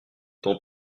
tant